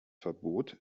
verbot